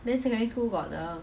I run